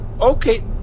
okay